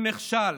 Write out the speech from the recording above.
הוא נכשל,